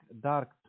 dark